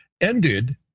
ended